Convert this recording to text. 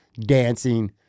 dancing